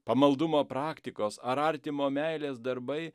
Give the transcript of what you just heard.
pamaldumo praktikos ar artimo meilės darbai